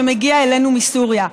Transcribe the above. שמגיע אלינו מסוריה.